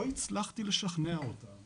אבל לא הצלחתי לשכנע אותם